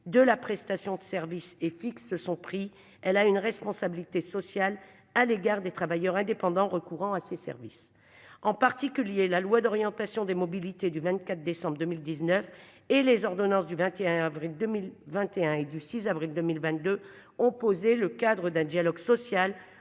de la prestation de service et fixe son prix. Elle a une responsabilité sociale à l'égard des travailleurs indépendants, recourant à ses services, en particulier la loi d'orientation des mobilités du 24 décembre 2019 et les ordonnances du 21 avril 2021 et du 6 avril 2022 ont posé le cadre d'un dialogue social